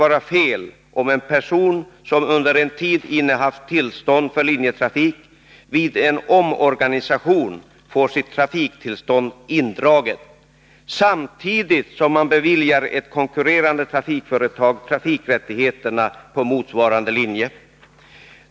vara fel om en person, som under en tid innehaft tillstånd för linjetrafik, vid en omorganisation får sitt trafiktillstånd indraget, samtidigt som man beviljar ett konkurrerande trafikföretag trafikrättigheterna på motsvarande linje.